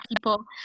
people